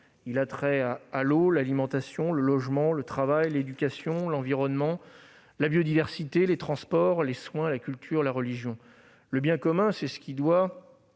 a trait à l'eau, à l'alimentation, au logement, au travail, à l'éducation, à l'environnement, à la biodiversité, aux transports, aux soins, à la culture, à la religion. Le bien commun, c'est ce qui doit